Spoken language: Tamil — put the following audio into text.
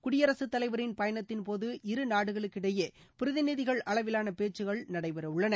குடியரசுத் தலைவரின் பயணத்தின் போது இருநாடுகளுக்கிடையே பிரதிநிதிகள் அளவிலான பேச்சுகள் நடைபெறவுள்ளது